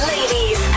Ladies